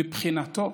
מבחינתו